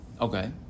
Okay